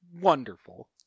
wonderful